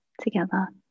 together